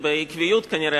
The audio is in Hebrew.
בעקביות כנראה,